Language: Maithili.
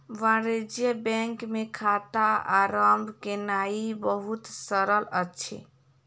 वाणिज्य बैंक मे खाता आरम्भ केनाई बहुत सरल अछि